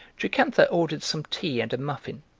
jocantha ordered some tea and a muffin,